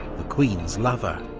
the queen's lover.